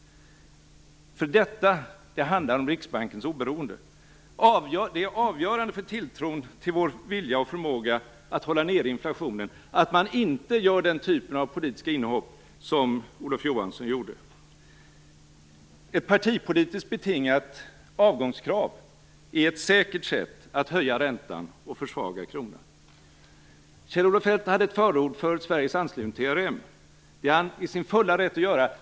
Detta handlar nämligen om Riksbankens oberoende. Det är avgörande för tilltron till vår vilja och förmåga att hålla inflationen nere att inte göra den typen av politiska inhopp som Olof Johansson gjorde. Ett partipolitiskt betingat avgångskrav är ett säkert sätt att höja räntan och försvaga kronan. Kjell-Olof Feldt förordade Sveriges anslutning till ERM. Det är han i sin fulla rätt att göra.